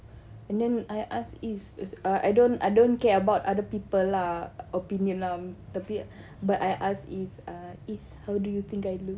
and then I ask izz izz uh I don't I don't care about other people lah opinion lah tapi but I ask izz err izz how do you think I look